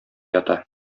ята